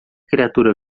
criatura